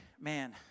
man